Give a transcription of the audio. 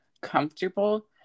comfortable